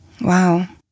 Wow